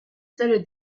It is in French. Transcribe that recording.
celle